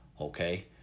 okay